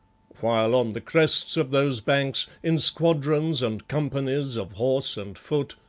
while on the crests of those banks, in squadrons and companies of horse and foot,